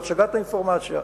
בהצגת האינפורמציה,